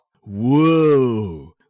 Whoa